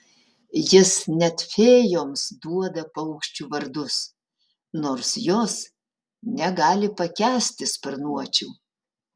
jis net fėjoms duoda paukščių vardus nors jos negali pakęsti sparnuočių